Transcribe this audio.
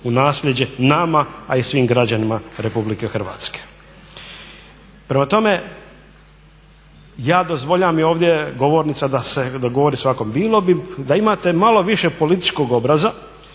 u naslijeđe nama a i svim građanima Republike Hrvatske. Prema tome, ja dozvoljavam i ovdje je govornica da se, da govori svatko. Bilo bi, da imate malo više političkog obraza